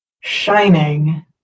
shining